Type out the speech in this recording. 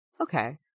Okay